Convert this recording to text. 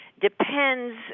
depends